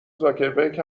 زاکبرک